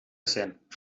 cent